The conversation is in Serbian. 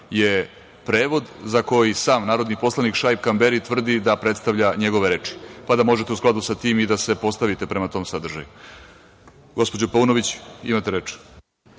je prevod za koji i sam narodni poslanik Šaip Kamberi tvrdi da predstavlja njegove reči, pa da možete u skladu sa tim i da se postaviti prema tom sadržaju. Gospođo Paunović, imate reč.